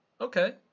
okay